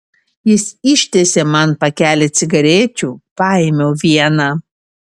jis ištiesė man pakelį cigarečių paėmiau vieną